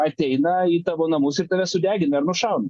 ateina į tavo namus ir tave sudegina ar nušauna